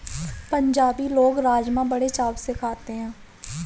पंजाबी लोग राज़मा बड़े चाव से खाते हैं